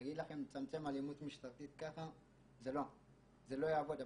לצמצם אלימות משטרתית ככה זה לא יעבוד,